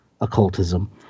occultism